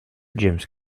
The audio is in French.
james